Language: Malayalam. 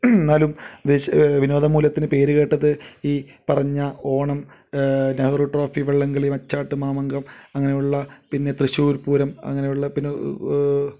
എന്നാലും വിനോദ മൂല്യത്തിന് പേരു കേട്ടത് ഈ പറഞ്ഞ ഓണം നെഹ്റു ട്രോഫി വള്ളംകളി മച്ചാട്ട് മാമാങ്കം അങ്ങനെയുള്ള പിന്നെ തൃശ്ശൂർ പൂരം അങ്ങനെയുള്ള പിന്നെ